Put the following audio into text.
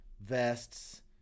vests